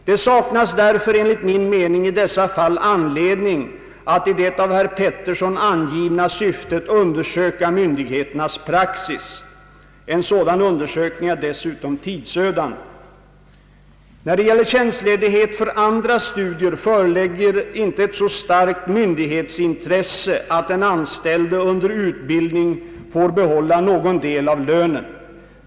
Dei saknas därför enligt min mening i dessa fall anledning att i det av herr Pettersson angivna syftet undersöka myndigheternas praxis. En sådan undersökning är dessutom tidsödande. När det gäller tjänstledighet för andra studier föreligger inte ett så starkt myndighetsintresse att den anställde under utbildning får behålla någon del av lönen.